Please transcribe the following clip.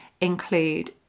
include